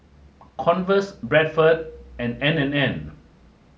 Converse Bradford and N and N